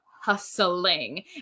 hustling